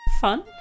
Fun